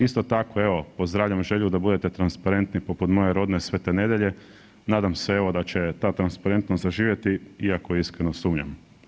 Isto tako evo pozdravljam želju da budete transparentni poput moje rodne Svete Nedelje, nadam se evo da će ta transparentnost zaživjeti iako iskreno sumnjam.